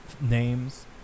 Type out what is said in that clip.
Names